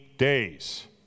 days